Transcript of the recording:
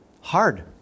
Hard